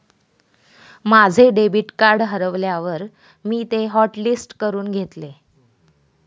माझे debit card हरवल्यावर मी ते हॉटलिस्ट करून घेतले